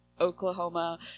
Oklahoma